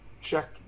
Check